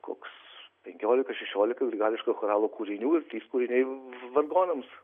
koks penkiolika šešiolika grigališko choralo kūrinių ir trys kūriniai vargonams